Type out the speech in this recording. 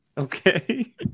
Okay